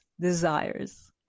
desires